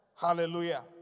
Hallelujah